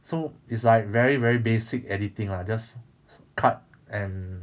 so it's like very very basic editing lah just cut and